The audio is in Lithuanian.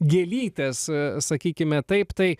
gėlytes sakykime taip tai